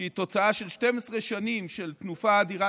שהיא תוצאה של 12 שנים של תנופה אדירה,